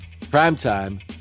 primetime